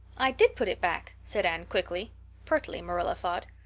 i did put it back, said anne quickly pertly, marilla thought.